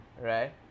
Right